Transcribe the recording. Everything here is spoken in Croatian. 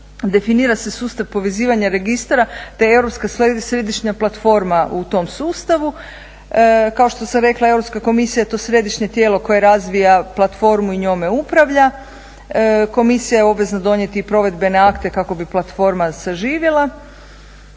Definira se sustav povezivanja registra te europska središnja platforma u tom sustavu. Kao što sam rekla, Europska komisija je to središnje tijelo koje razvija platformu i njome upravlja. Komisija je obvezna donijeti i provedbene akte kako bi platforma saživjela.